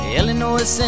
Illinois